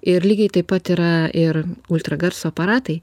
ir lygiai taip pat yra ir ultragarso aparatai